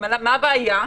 מה הבעיה?